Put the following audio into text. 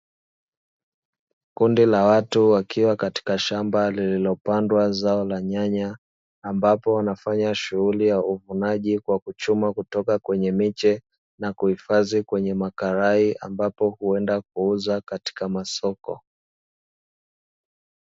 Kundi la watu wakiwa katika shamba lilipoandwa zao la nyanya, ambapo wanafanya shughuli ya uvunaji kwa kuchuma kutoka kwenye miche na kuhifadhi kwenye makarai, ambapo huenda kuuza kwenye masoko.